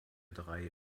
drei